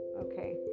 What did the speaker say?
okay